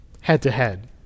head-to-head